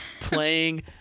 playing